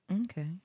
okay